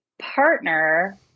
partner